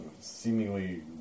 seemingly